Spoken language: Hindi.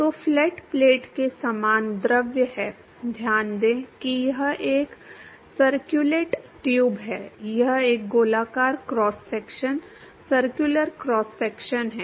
तो फ्लैट प्लेट के समान द्रव है ध्यान दें कि यह एक सर्कुलेट ट्यूब है यह एक गोलाकार cross section circular cross section है